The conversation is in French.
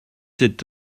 cet